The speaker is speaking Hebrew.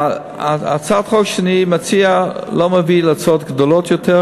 הצעת החוק שאני מציע לא מביאה להוצאות גדולות יותר,